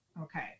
Okay